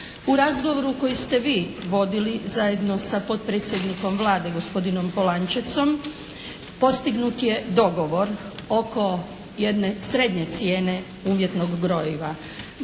U razgovoru koji ste vi vodili zajedno sa potpredsjednikom Vlade gospodinom Polančecom postignut je dogovor oko jedne srednje cijene umjetnog gnojiva.